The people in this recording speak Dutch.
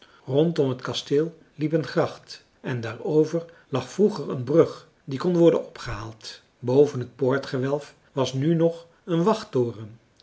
om het kasteel liep een gracht en daarover lag vroeger een brug die kon worden opgehaald boven het poortgewelf was nu nog een